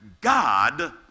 God